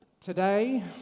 today